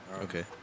Okay